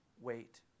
wait